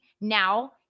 Now